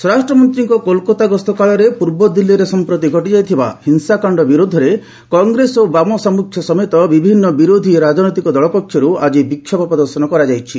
ସ୍ୱରାଷ୍ଟ୍ରମନ୍ତ୍ରୀଙ୍କ କୋଲକାତା ଗସ୍ତ କାଳରେ ପୂର୍ବ ଦିଲ୍ଲୀରେ ସମ୍ପ୍ରତି ଘଟିଯାଇଥିବା ହିଂସାକାଣ୍ଡ ବିରୋଧରେ କଂଗ୍ରେସ ଓ ବାମସାମ୍ମୁଖ୍ୟ ସମେତ ବିଭିନ୍ନ ବିରୋଧୀ ରାଜନୈତିକ ଦଳ ପକ୍ଷରୁ ଆଜି ବିକ୍ଷୋଭ ପ୍ରଦର୍ଶନ କରାଯାଇଛି